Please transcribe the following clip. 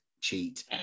cheat